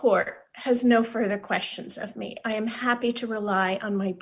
court has no further questions of me i am happy to rely on my